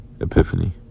Epiphany